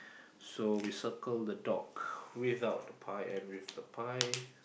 so we circle the dog without the pie and with the pie